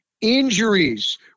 Injuries